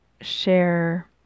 share